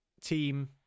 team